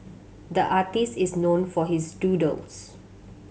the artist is known for his doodles